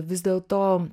vis dėl to